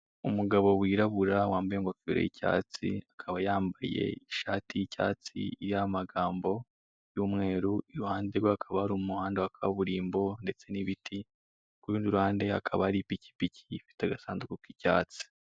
Umugabo wirabura wambaye ingofero y'icyatsi, akaba yambaye ishati y'ishatsi, iriho amagambo y'umweru. Iruhande rwe hakaba hari umuhanda wa kaburimbo ndetse n'ibiti. Ku rundi ruhande hakaba hari ipikipiki ifite agasanduku k'icyatsi.